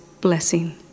blessing